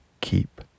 keep